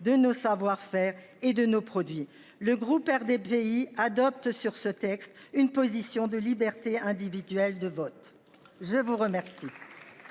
de nos savoir-faire et de nos produits. Le groupe RDPI adopte sur ce texte, une position de liberté individuelle de vote. Je vous remercie.